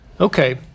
Okay